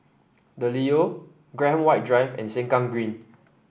The Leo Graham White Drive and Sengkang Green